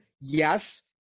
yes